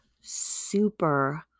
super